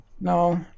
No